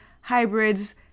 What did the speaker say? hybrids